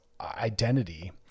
identity